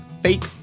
fake